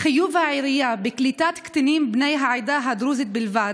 "חיוב העירייה בקליטת קטינים בני העדה הדרוזית בלבד,